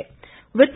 वित्त